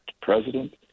president